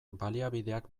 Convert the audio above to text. baliabideak